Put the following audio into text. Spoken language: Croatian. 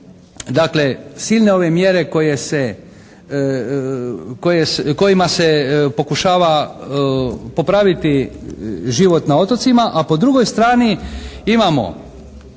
dakle silne ove mjere koje se, kojima se pokušava popraviti život na otocima a po drugoj strani imamo